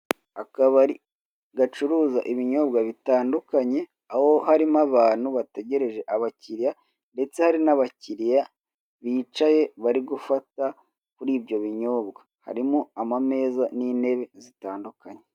Akabari gacuruza ibinyobwa bitandukanye aho harimo abantu bategereje abakiriya ndetse hari n'abakiriya bicaye bari gufata kuri ibyo binyobwa harimo amameza n'intebe zitandukanye.